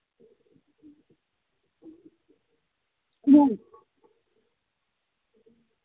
ᱦᱩᱸ